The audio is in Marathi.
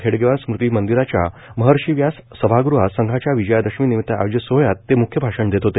हेडगेवार स्मृती मंदीराच्या महर्षी व्यास सभागृहात संघाच्या विजयादशमी निमित्त आयोजित सोहळ्यात ते मुख्य भाषण देत होते